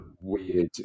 weird